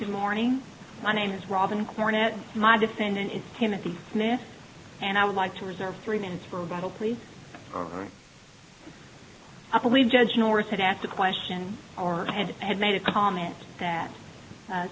good morning my name is robin cornet my defendant is timothy smith and i would like to reserve three minutes for a bottle please i believe judge north had asked a question or had had made a comment that